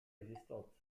existante